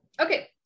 Okay